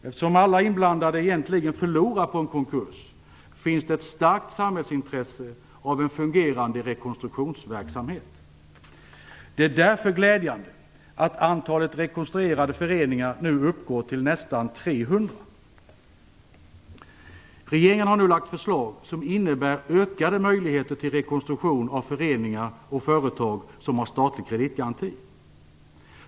Eftersom alla inblandade egentligen förlorar på en konkurs finns det ett starkt samhällsintresse av en fungerande rekonstruktionsverksamhet. Det är därför glädjande att antalet rekonstruerade föreningar nu uppgår till nästan 300. Regeringen har nu lagt fram förslag som innebär ökade möjligheter till rekonstruktion av föreningar och företag som har statlig kreditgaranti.